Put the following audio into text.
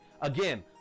Again